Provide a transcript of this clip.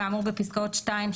כאמור בפסקאות 2,